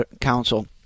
council